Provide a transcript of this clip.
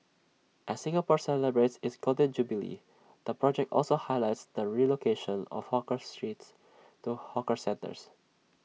as Singapore celebrates its Golden Jubilee the project also highlights the relocation of hawkers streets to hawker centres